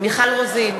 מיכל רוזין,